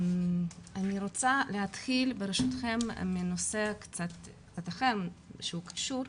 אני רוצה להתחיל ברשותכם מנושא קצת אחר שהוא קשור,